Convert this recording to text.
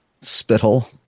spittle